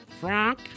Frank